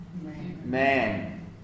man